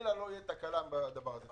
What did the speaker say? וחלילה לא תהיה תקלה בדבר הזה.